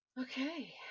Okay